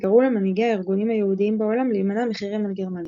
וקראו למנהיגי הארגונים היהודיים בעולם להימנע מחרם על גרמניה.